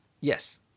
Yes